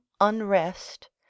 unrest